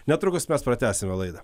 netrukus mes pratęsime laidą